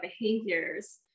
behaviors